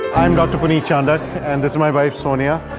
i am dr. puneet chandak and this is my wife sonia.